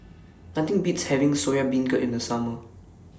Nothing Beats having Soya Beancurd in The Summer